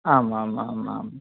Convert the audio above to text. आम् आम् आम् आम्